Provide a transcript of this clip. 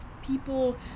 people